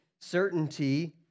certainty